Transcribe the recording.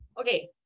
okay